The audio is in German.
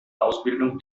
ausbildung